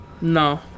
No